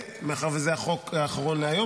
מאחר שזה החוק האחרון להיום,